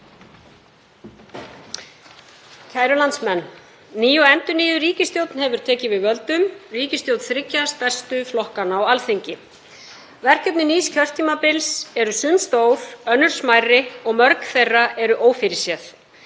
Kæru landsmenn. Ný og endurnýjuð ríkisstjórn hefur tekið við völdum, ríkisstjórn þriggja stærstu flokkanna á Alþingi. Verkefni nýs kjörtímabils eru sum stór, önnur smærri og mörg þeirra eru ófyrirséð.